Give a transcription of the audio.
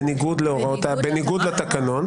מה היה בניגוד לתקנון?